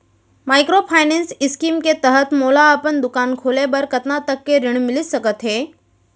Microfinance scheme के तहत मोला अपन दुकान खोले बर कतना तक के ऋण मिलिस सकत हे?